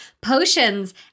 potions